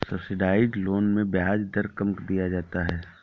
subsidised loan में ब्याज दर कम किया जाता है